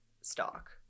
stock